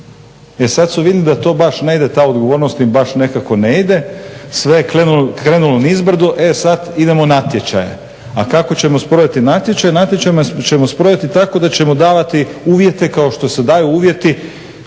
E sad su vidjeli da to baš ne ide, ta odgovornost im baš nekako ne ide, sve je krenulo nizbrdo, sad idemo natječaje. A kako ćemo sprovesti natječaje? Natječaje ćemo sprovesti tako da ćemo davati uvjete kao što se daju uvjeti